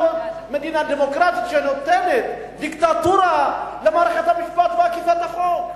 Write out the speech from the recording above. מדינה דמוקרטית שנותנת דיקטטורה למערכת המשפט ואכיפת החוק.